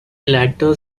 later